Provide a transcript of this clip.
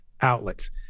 outlets